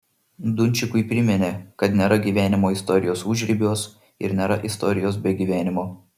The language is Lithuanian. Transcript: dunčikui priminė kad nėra gyvenimo istorijos užribiuos ir nėra istorijos be gyvenimo